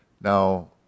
Now